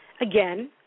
Again